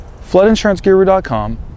floodinsuranceguru.com